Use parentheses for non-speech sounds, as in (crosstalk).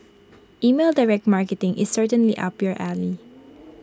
email direct marketing is certainly up your alley (noise)